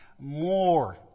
more